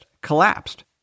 collapsed